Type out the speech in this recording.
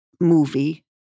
movie